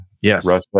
Yes